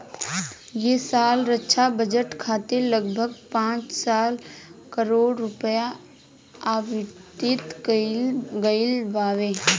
ऐ साल रक्षा बजट खातिर लगभग पाँच लाख करोड़ रुपिया आवंटित कईल गईल बावे